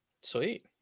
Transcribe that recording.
Sweet